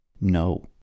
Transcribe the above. No